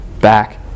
back